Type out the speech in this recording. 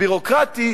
הביורוקרטי,